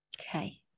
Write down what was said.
Okay